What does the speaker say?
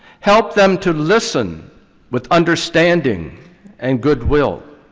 help them to listen with understanding and good will.